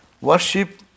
worship